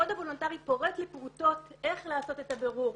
הקוד הוולונטרי פורט לפרוטות איך לעשות את הבירור,